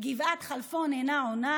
"גבעת חלפון אינה עונה",